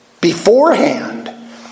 beforehand